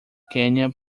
quênia